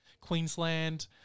Queensland